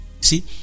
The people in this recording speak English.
see